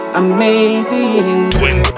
amazing